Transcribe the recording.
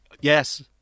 Yes